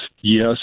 yes